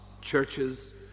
churches